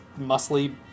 muscly